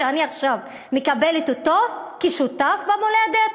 שאני עכשיו מקבלת אותו כשותף במולדת,